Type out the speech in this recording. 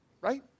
right